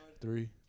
Three